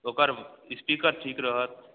ओकर इस्पीकर ठीक रहत